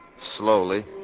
Slowly